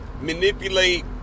manipulate